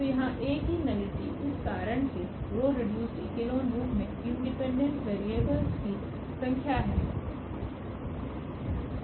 तो यहाँAकीनलिटी इस कारण से रो रीडयुस्ड इकलोन रूप में इंडिपेंडेंट वेरिएबल्स की संख्या है